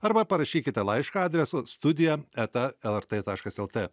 arba parašykite laišką adresu studija eta lrt taškas lt